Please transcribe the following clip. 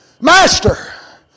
Master